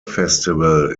festival